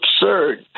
absurd